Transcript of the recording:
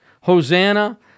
Hosanna